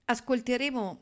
Ascolteremo